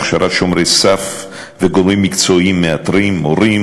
הכשרת "שומרי סף" וגורמים מקצועיים מאתרים: מורים,